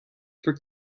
for